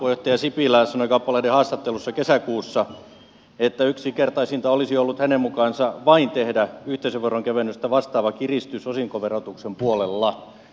puheenjohtaja sipilä sanoi kauppalehden haastattelussa kesäkuussa että yksinkertaisinta olisi ollut hänen mukaansa vain tehdä yhteisöveron kevennystä vastaava kiristys osinkoverotuksen puolella